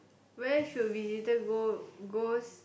where should we later go goes